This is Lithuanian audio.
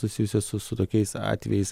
susijusios su su tokiais atvejais